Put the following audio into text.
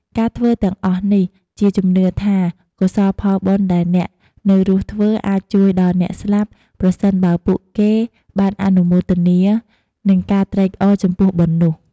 ការធ្វើទាំងអស់នេះជាជំនឿថា កុសលផលបុណ្យដែលអ្នកនៅរស់ធ្វើ អាចជួយដល់អ្នកស្លាប់ ប្រសិនបើពួកគេបានអនុមោទនា និងការត្រេកអរ ចំពោះបុណ្យនោះ។